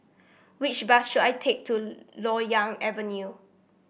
which bus should I take to Loyang Avenue